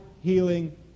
healing